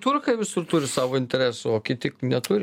turkai visur turi savo interesų o kiti neturi